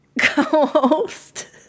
co-host